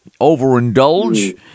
overindulge